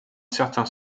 certain